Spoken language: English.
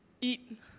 eat